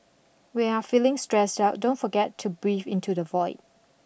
when you are feeling stressed out don't forget to breathe into the void